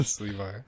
Levi